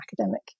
academic